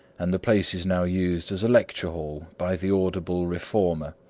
and the place is now used as a lecture hall by the audible reformer.